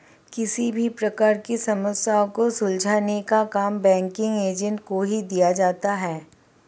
किसी भी प्रकार की समस्या को सुलझाने का काम बैंकिंग एजेंट को ही दिया जाता है